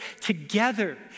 together